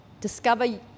discover